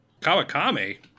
Kawakami